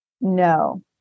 No